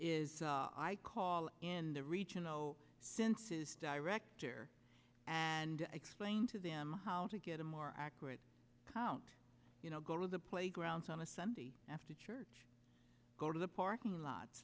is i call in the region no senses director and explain to them how to get a more accurate count you know go to the playgrounds on a sunday after church go to the parking lot